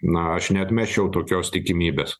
na aš neatmesčiau tokios tikimybės